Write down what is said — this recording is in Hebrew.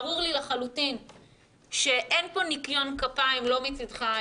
ברור לי לחלוטין שאין פה ניקיון כפיים לא מצדך,